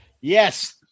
yes